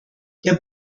der